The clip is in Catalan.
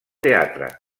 teatre